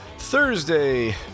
Thursday